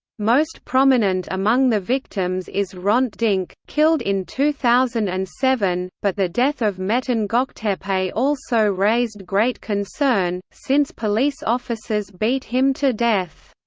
most prominent among the victims is hrant dink, killed in two thousand and seven, but the death of metin goktepe also raised great concern, since police officers beat him to death.